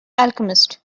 alchemist